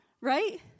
right